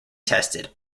tested